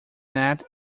net